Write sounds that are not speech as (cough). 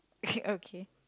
(laughs) okay